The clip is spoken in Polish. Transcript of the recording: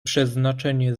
przeznaczenie